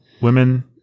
women